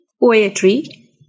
Poetry